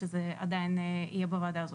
שזה עדיין יהיה בוועדה הזאת.